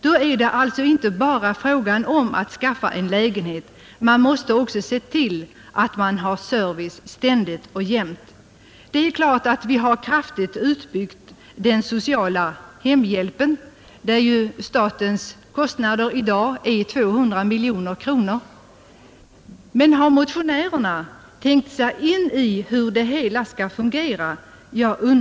Då är det alltså inte bara fråga om att skaffa en lägenhet. Man måste också se till att de har service ständigt och jämt, och det är inte så lätt, även om vi har kraftigt utbyggt den sociala hemhjälpen. Statens kostnader i dag är ju 200 miljoner kronor om året. Har motionärerna verkligen tänkt sig in i hur det hela skall fungera?